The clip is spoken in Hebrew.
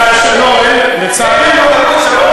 כאשר בצד השני, אין לנו תרבות שלום?